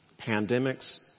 Pandemics